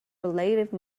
relative